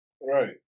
Right